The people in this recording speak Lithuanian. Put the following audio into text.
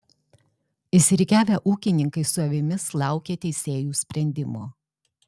išsirikiavę ūkininkai su avimis laukė teisėjų sprendimo